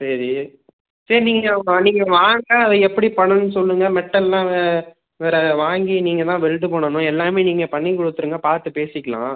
சரி சரி நீங்கள் நீங்கள் வாங்க அதை எப்படி பண்ணணும்னு சொல்லுங்க மெட்டல்லாம் வேறு வாங்கி நீங்கள்தான் வெல்ட் பண்ணணும் எல்லாமே நீங்கள் பண்ணி கொடுத்துருங்க பார்த்து பேசிக்கலாம்